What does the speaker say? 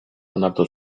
onartu